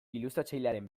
ilustratzailearen